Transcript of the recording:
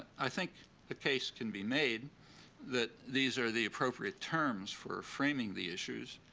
i think a case can be made that these are the appropriate terms for framing the issues,